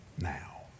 now